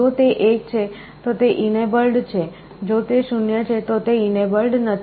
જો તે 1 છે તો તે enabled છે જો તે 0 છે તો તે enabled નથી